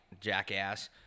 jackass